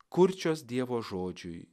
kurčios dievo žodžiui